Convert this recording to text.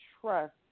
trust